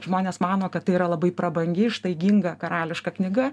žmonės mano kad tai yra labai prabangi ištaiginga karališka knyga